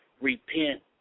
repent